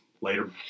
later